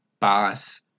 boss